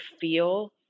feel